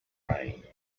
rain